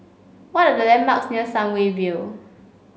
what are the landmarks near Sunview View